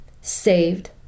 saved